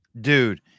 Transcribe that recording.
dude